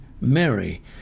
Mary